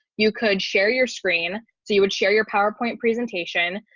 you could share your screen. so you would share your powerpoint presentation,